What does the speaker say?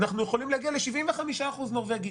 אנחנו יכולים להגיע ל-75% "נורבגים".